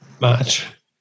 match